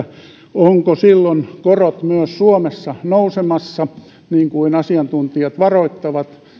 ovatko silloin korot myös suomessa nousemassa niin kuin asiantuntijat varoittavat